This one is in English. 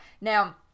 now